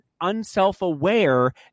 unself-aware